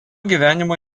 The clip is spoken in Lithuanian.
gyvenimo